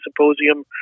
Symposium